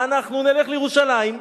אנחנו נלך לירושלים,